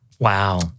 Wow